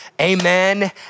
Amen